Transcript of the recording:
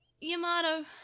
Yamato